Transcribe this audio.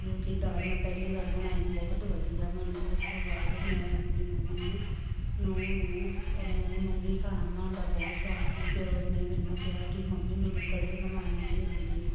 ਜੋ ਕਿ ਦਾਲ ਮੈਂ ਪਹਿਲੀ ਵਾਰ ਬਣਾਈ ਬਹੁਤ ਵਧੀਆ ਬਣੀ ਉਸ ਤੋਂ ਬਾਅਦ ਮੈਂ ਆਪਣੀ ਨੂੰਹ ਨੂੰ ਨੂੰਹ ਨੂੰ ਨੂੰਹ ਨੂੰ ਵੀ ਖਾਣਾ ਬਣਾਉਣ ਦਾ ਬਹੁਤ ਸ਼ੌਂਕ ਸੀ ਫਿਰ ਉਸਨੇ ਮੈਨੂੰ ਕਿਹਾ ਕੀ ਮੰਮੀ ਮੈਨੂੰ ਕੜੀ ਬਣਾਉਣੀ ਨਹੀਂ ਆਉਂਦੀ